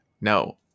no